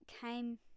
came